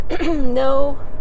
no